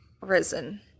risen